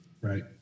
Right